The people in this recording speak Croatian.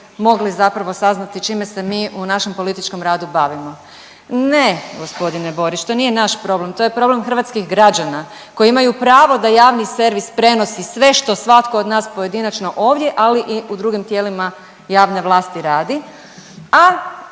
mogli zapravo saznati čime se mi u našem političkom radu bavimo. Ne, gospodine Borić to nije naš problem, to je problem hrvatskih građana koji imaju pravo da javni servis prenosi sve što svatko od nas pojedinačno ovdje, ali i u drugim tijelima javne vlasti radi,